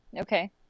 Okay